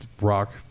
rock